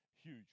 huge